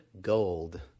gold